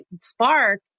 spark